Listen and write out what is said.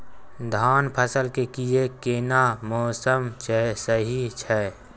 धान फसल के लिये केना मौसम सही छै?